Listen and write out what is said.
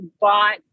bought